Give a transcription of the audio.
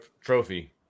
trophy